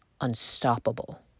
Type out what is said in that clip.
unstoppable